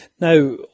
Now